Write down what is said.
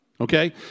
Okay